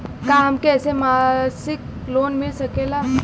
का हमके ऐसे मासिक लोन मिल सकेला?